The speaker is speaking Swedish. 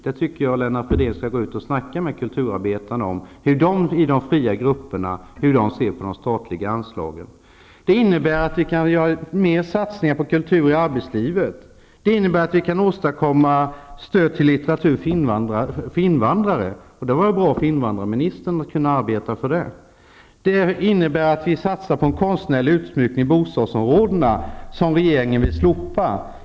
Jag tycker att Lennart Fridén skall gå ut och tala med kulturarbetarna om hur man i de fria grupperna ser på de statliga anslagen. Det innebär att man kan åstadkomma ett bättre stöd till kultur i arbetslivet och till litteratur för invandrare -- där har invandrarministern någonting bra att arbeta för. Vidare kan man satsa på konstnärlig utsmyckning i bostadsområdena, någonting som regeringen vill slopa.